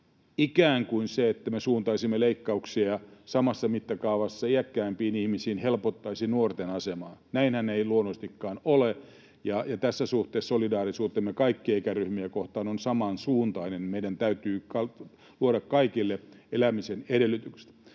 ikään kuin se, että me suuntaisimme leikkauksia samassa mittakaavassa iäkkäimpiin ihmisiin, helpottaisi nuorten asemaa. Näinhän ei luonnollisestikaan ole, ja tässä suhteessa solidaarisuutemme kaikkia ikäryhmiä kohtaan on samansuuntainen. Meidän täytyy luoda kaikille elämisen edellytykset.